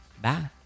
Bye